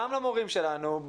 גם למורים שלנו,